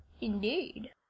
indeed